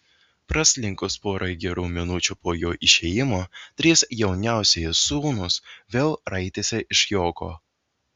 praslinkus porai gerų minučių po jo išėjimo trys jauniausieji sūnūs vėl raitėsi iš juoko